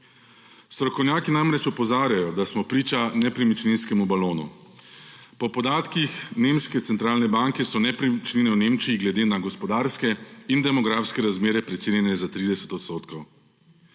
Strokovnjaki namreč opozarjajo, da smo priča nepremičninskemu balonu. Po podatkih nemške centralne banke so nepremičnine v Nemčiji glede na gospodarske in demografske razmere precenjene za 30 %.